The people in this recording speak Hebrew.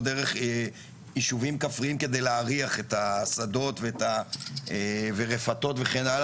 דרך יישובים כפריים כדי להריח את השדות ורפתות וכן הלאה.